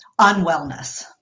unwellness